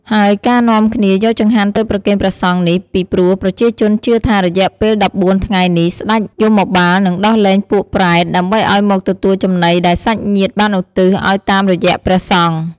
ហើយការនាំគ្នាយកចង្ហាន់ទៅប្រគេនព្រះសង្ឃនេះ ពីព្រោះប្រជាជនជឿថារយៈពេល១៤ថ្ងៃនេះសេ្ដចយមបាលនិងដោះលែងពួកប្រេត ដើម្បីឲ្យមកទទួលចំណីដែលសាច់ញាតិបានឧទ្ទិសឲ្យតាមរយៈព្រះសង្ឃ។